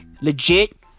legit